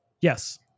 Yes